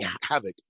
havoc